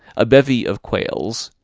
a bevy of quails,